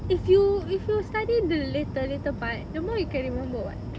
if you if you study the later later part the more you can remember [what]